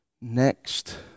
next